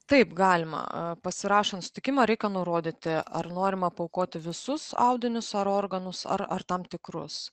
taip galima pasirašant sutikimą reikia nurodyti ar norima paaukoti visus audinius ar organus ar ar tam tikrus